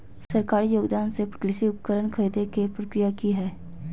सरकारी योगदान से कृषि उपकरण खरीदे के प्रक्रिया की हय?